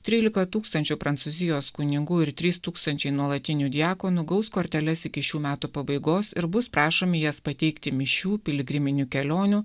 trylika tūkstančių prancūzijos kunigų ir trys tūkstančiai nuolatinių diakonų gaus korteles iki šių metų pabaigos ir bus prašomi jas pateikti mišių piligriminių kelionių